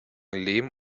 lehm